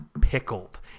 pickled